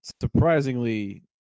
surprisingly –